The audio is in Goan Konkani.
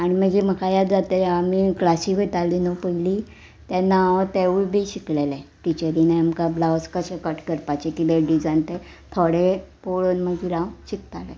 आनी मागीर म्हाका याद जाता आमी क्लासीक वयताली न्हू पयली तेन्ना हांव तेवूय बी शिकलेलें टिचरीन आमकां ब्लावज कशें कट करपाचें किदें डिजायन ते थोडें पळोवन मागीर हांव शिकतालें